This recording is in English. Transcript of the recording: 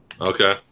okay